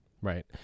Right